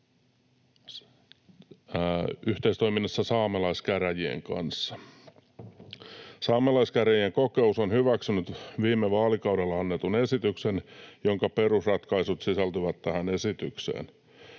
yhteistoiminnassa saamelaiskäräjien kanssa. Saamelaiskäräjien kokous on hyväksynyt viime vaalikaudella annetun esityksen, jonka perusratkaisut sisältyvät tähän esitykseen.